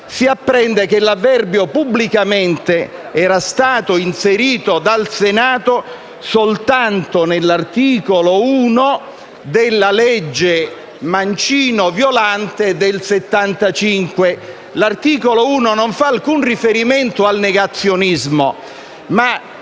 si apprende che l'avverbio «pubblicamente» era stato inserito dal Senato soltanto nell'articolo 1 della cosiddetta legge Mancino-Violante del 1975. L'articolo 1 non fa alcun riferimento al negazionismo, ma